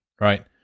Right